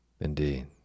Indeed